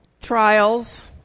Trials